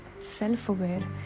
self-aware